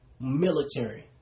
Military